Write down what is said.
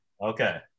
okay